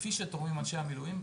כפי שתורמים אנשי המילואים.